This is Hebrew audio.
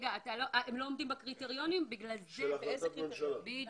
אלה לא עומדים בקריטריונים של החלטת הממשלה.